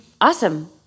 Awesome